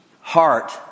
heart